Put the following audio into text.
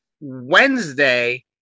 Wednesday